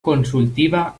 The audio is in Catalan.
consultiva